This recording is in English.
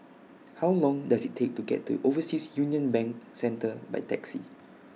How Long Does IT Take to get to Overseas Union Bank Centre By Taxi